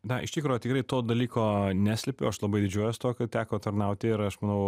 na iš tikro tikrai to dalyko neslepiu aš labai didžiuojuos tuo kad teko tarnauti ir aš manau